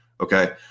Okay